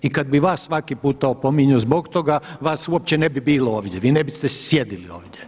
I kad bi vas svaki puta opominjao zbog toga vas uopće ne bi bilo ovdje, vi ne biste sjedili ovdje.